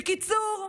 בקיצור,